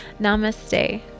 Namaste